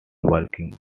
working